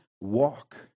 walk